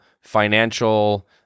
financial